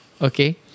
okay